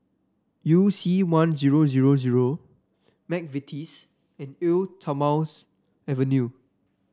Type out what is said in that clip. You C One Zero Zero Zero McVitie's and Eau Thermale Avene